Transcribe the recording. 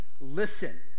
listen